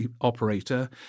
operator